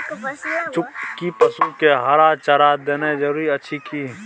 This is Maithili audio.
कि पसु के हरा चारा देनाय जरूरी अछि की?